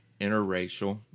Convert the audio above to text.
interracial